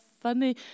funny